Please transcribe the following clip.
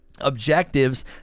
objectives